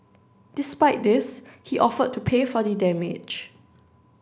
despite this he offered to pay for the damage